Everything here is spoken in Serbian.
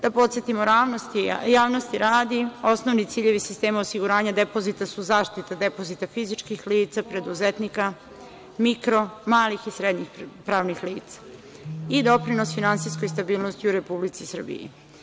Da podsetimo, javnosti radi, osnovni ciljevi sistema osiguranja depozita su zaštita depozita fizičkih lica, preduzetnika, mikro, malih i srednjih pravnih lica i doprinos finansijskoj stabilnosti u Republici Srbiji.